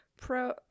pro